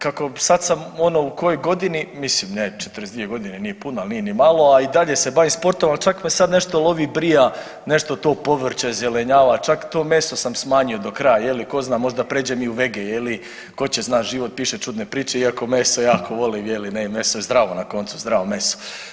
Kako, sad sam ono u kojoj godini, mislim ne 42.g., nije puno, al nije ni malo, a i dalje se bavim sportom, al čak me sad nešto lovi brija nešto to povrće, zelenjava, čak to meso sam smanjio do kraja je li ko zna možda pređem i u vege je li ko će znat, život piše čudne priče iako meso jako volim je li ne i meso je zdravo na koncu zdravo meso.